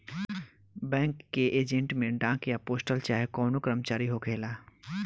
bank के agent में डाक या पोस्टल चाहे कवनो कर्मचारी होखेला